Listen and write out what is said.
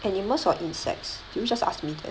animals or insects did you just ask me that